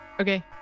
okay